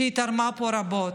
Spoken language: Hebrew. שהיא תרמה פה רבות.